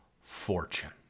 fortune